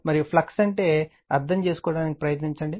మరియు ఫ్లక్స్ అంటే అర్థం చేసుకోవడానికి ప్రయత్నించండి